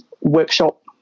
workshop